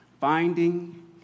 finding